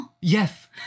Yes